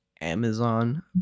Amazon